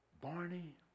Barney